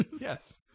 Yes